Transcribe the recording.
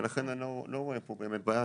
ולכן אני לא רואה פה בעיה.